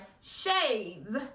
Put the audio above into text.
shades